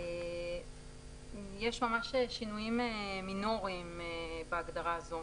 יש ממש שינויים מינוריים בהגדרה הזאת,